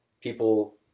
people